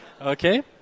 Okay